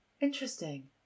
interesting